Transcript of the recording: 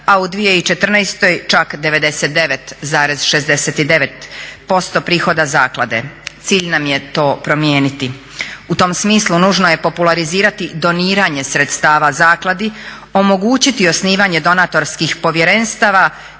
a u 2014.čak 99,69% prihoda zaklade. Cilj nam je to promijeniti. U tom smislu nužno je popularizirati doniranje sredstava zakladi, omogućiti osnivanje donatorskih povjerenstva